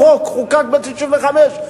החוק חוקק ב-1995,